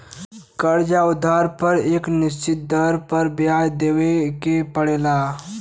कर्ज़ या उधार पर एक निश्चित दर पर ब्याज देवे के पड़ला